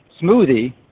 smoothie